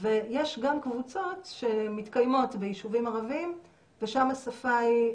ויש גם קבוצות שמתקיימות ביישובים ערביים ושם השפה היא,